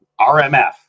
RMF